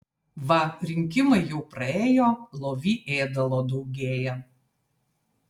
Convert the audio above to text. va rinkimai jau praėjo lovy ėdalo daugėja